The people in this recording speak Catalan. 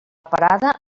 parada